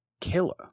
killer